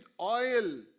oil